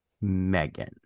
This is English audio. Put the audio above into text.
Megan